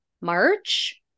March